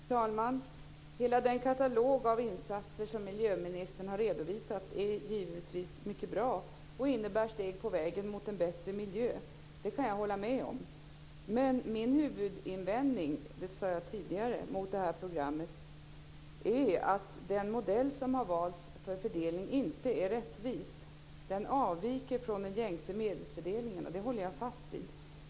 Fru talman! Hela den katalog av insatser som miljöministern har redovisat är givetvis mycket bra och innebär steg på vägen mot en bättre miljö. Det kan jag hålla med om. Men min huvudinvändning mot programmet är, som jag sade tidigare, att den modell som har valts för fördelning inte är rättvis. Den avviker från den gängse medelsfördelningen. Det håller jag fast vid.